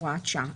הוראת שעה),